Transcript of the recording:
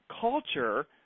culture